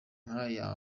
nkaya